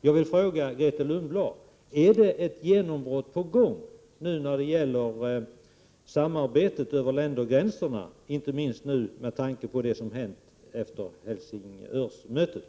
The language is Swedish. Jag vill fråga Grethe Lundblad om det är ett genombrott på gång i fråga om samarbete över ländergränserna, inte minst med tanke på det som hänt efter Helsingörmötet.